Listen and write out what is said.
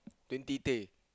twenty teh